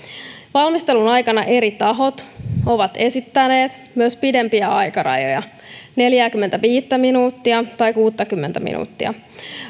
valmistelun aikana eri tahot ovat esittäneet myös pidempiä aikarajoja neljääkymmentäviittä minuuttia tai kuuttakymmentä minuuttia